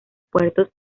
puertos